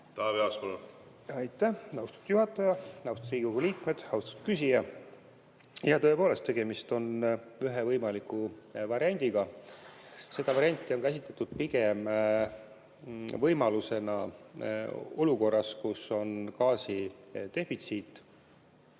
Taavi Aas, palun! Aitäh, austatud juhataja! Austatud Riigikogu liikmed! Austatud küsija! Tõepoolest, tegemist on ühe võimaliku variandiga. Seda varianti on käsitletud pigem võimalusena olukorras, kus on gaasidefitsiit.